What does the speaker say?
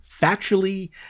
factually